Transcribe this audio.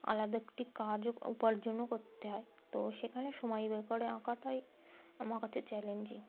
আলাদা একটি কাজও উপার্জনও করতে হয় তো সেখানে সময় বের করে আঁকাটাই আমার কাছে চ্যালেঞ্জিং